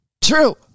True